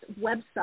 website